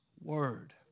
Word